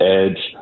edge